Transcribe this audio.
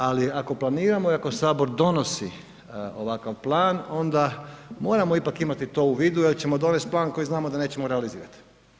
Ali, ako planiramo i ako Sabor donosi ovakav plan, onda moramo ipak imati to u vidu jer ćemo donesti plan koji znamo da nećemo realizirati.